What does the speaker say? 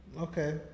Okay